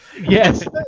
Yes